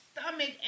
stomach